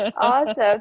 Awesome